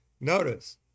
Notice